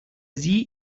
see